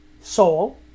Soul